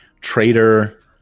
trader